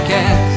Cast